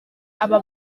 aba